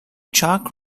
chalk